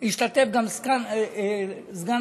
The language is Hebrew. השתתף גם סגן השר,